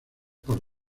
por